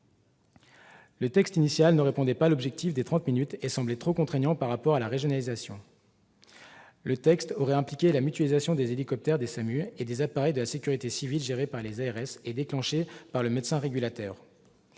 Ce texte ne répondait pas à l'objectif des trente minutes et semblait trop contraignant par rapport à la régionalisation. Il aurait impliqué la mutualisation des hélicoptères des SAMU et des appareils de la sécurité civile gérés par les ARS et dont l'utilisation est déclenchée par le médecin régulateur.